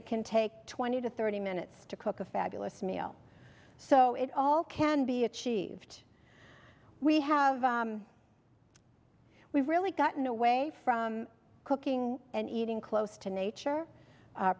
it can take twenty to thirty minutes to cook a fabulous meal so it all can be achieved we have we've really gotten away from cooking and eating close to nature